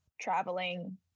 traveling